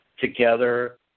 together